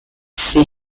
see